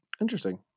interesting